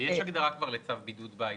יש כבר הגדרה ל"צו בידוד בית".